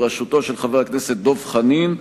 בראשותו של חבר הכנסת דב חנין,